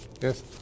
Yes